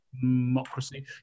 democracy